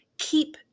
keep